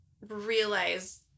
realize